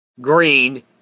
green